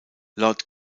lord